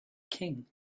king